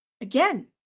Again